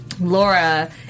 Laura